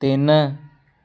ਤਿੰਨ